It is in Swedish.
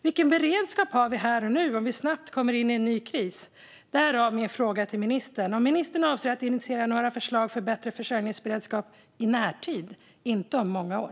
Vilken beredskap har vi här och nu om vi snabbt kommer in i en ny kris? Därav min fråga till ministern om ministern avser att initiera några förslag för bättre försörjningsberedskap i närtid - inte om många år.